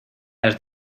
has